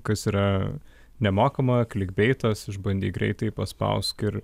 kas yra nemokama kligbeitas išbandyk greitai paspausk ir